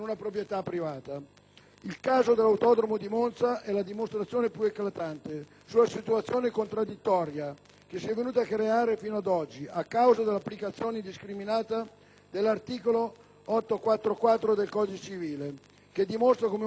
Il caso dell'autodromo di Monza è la dimostrazione più eclatante della situazione contraddittoria che si è venuta a creare fino ad oggi, a causa dell'applicazione indiscriminata dell'articolo 844 del codice civile, che dimostra come un gruppo minoritario